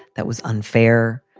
that was unfair.